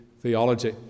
theology